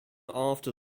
after